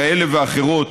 כאלה ואחרות,